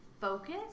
focus